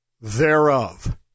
thereof